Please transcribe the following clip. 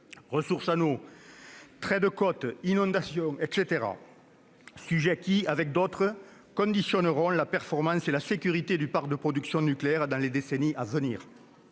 ressource en eau, trait de côte, inondations, etc. -, autant de sujets qui, avec d'autres, conditionneront la performance et la sécurité du parc de production nucléaire dans les décennies à venir.